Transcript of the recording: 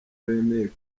bemeye